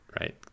Right